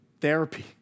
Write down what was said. therapy